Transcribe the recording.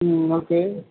ம் ஓகே